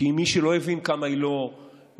כי מי שלא הבין כמה היא לא מקצועית,